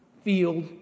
field